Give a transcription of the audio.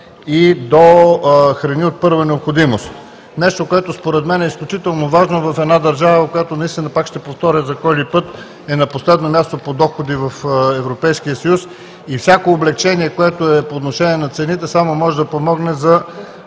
и до храни от първа необходимост – нещо, което според мен е изключително важно в една държава, която, пак ще повторя, за кой ли път, е на последно място по доходи в Европейския съюз и всяко облекчение, което е по отношение на цените, само може да помогне за